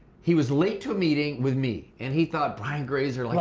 he was late to a meeting with me and he thought, brian grazer, like